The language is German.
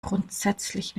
grundsätzlich